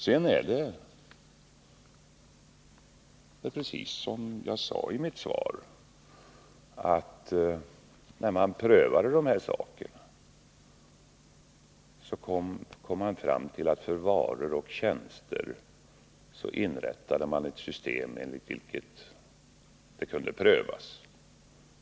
Sedan är det precis som jag sade i mitt svar så, att man då man behandlade de här sakerna kom fram till att för varor och tjänster inrätta ett system enligt vilket reklam kunde prövas.